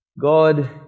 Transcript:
God